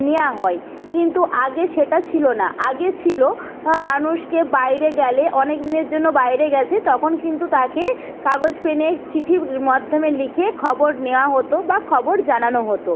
নেওয়া হয় কিন্তু আগে সেটা ছিলো না আগে ছিলো মানুষকে বাইরে গেলে অনেক দিনের জন্য বাইরে গেছে তখন কিন্তু তাকে কাগজ পেনে চিঠির মাধ্যমে লিখে খবর নেওয়া হতো বা খবর জানানো হতো